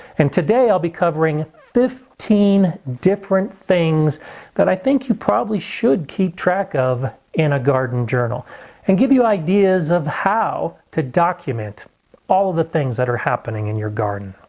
and today i'll be covering fifteen different things that i think you probably should keep track of in a garden journal and give you ideas of how to document all the things that are happening in your garden.